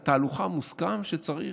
על תהלוכה מוסכם שצריך,